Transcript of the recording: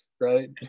right